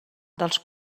dels